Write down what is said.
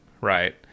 right